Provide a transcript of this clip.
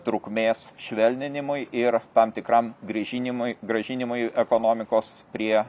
trukmės švelninimui ir tam tikram grižinimui grąžinimui ekonomikos prie